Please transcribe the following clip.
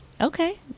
Okay